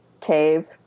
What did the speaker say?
cave